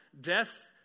death